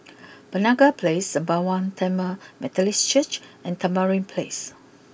Penaga place Sembawang Tamil Methodist Church and Tamarind place